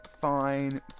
fine